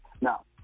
Now